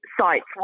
sites